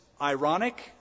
ironic